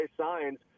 signs